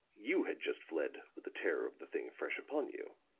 you had just fled with the terror of the thing fresh upon you.